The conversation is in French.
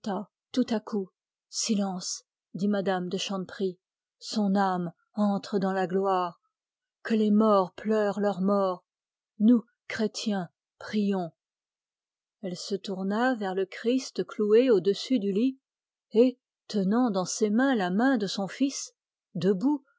tout à coup silence dit mme de chanteprie son âme entre dans la gloire que les morts pleurent leurs morts nous chrétiens prions elle se tourna vers le christ cloué au-dessus du lit et tenant dans ses mains la main de son fils debout